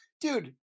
Dude